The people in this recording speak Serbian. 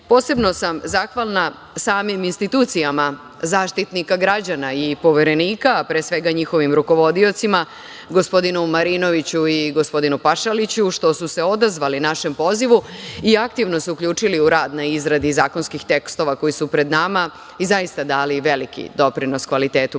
uticaja. Posebno sam zahvalna samim institucijama Zaštitnika građana i Poverenika, a pre svega njihovim rukovodiocima, gospodinu Marinoviću i gospodinu Pašaliću, što su se odazvali našem pozivu i aktivno se uključili u rad na izradi zakonskih tekstova koji su pred nama i zaista dali veliki doprinos kvalitetu predloženih